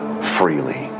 freely